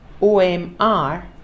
OMR